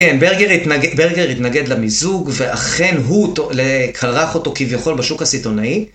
ברגר התנגד למיזוג ואכן הוא כרך אותו כביכול בשוק הסיטונאי.